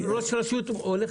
ראש רשות הולך